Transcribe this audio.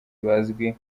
bazwi